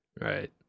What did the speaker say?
right